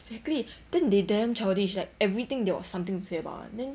exactly then they damn childish like everything they got something to say about [one] then